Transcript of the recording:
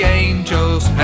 angels